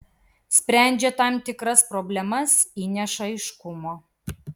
sprendžia tam tikras problemas įneša aiškumo